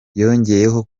yongeyeho